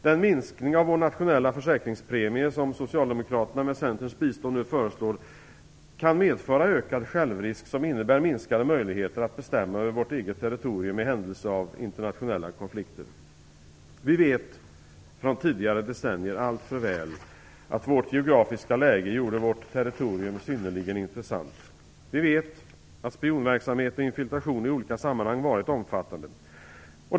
Den minskning av vår nationella försäkringspremie som Socialdemokraterna med Centerns bistånd nu föreslår kan medföra ökad självrisk som innebär minskade möjligheter att bestämma över vårt eget territorium i händelse av internationella konflikter. Vi vet från tidigare decennier alltför väl att vårt geografiska läge gjorde vårt territorium synnerligen intressant. Vi vet att spionverksamhet och infiltration i olika sammanhang varit omfattande.